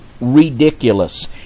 ridiculous